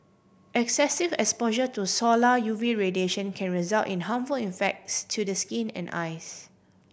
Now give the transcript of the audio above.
excessive exposure to solar U V radiation can result in harmful effects to the skin and eyes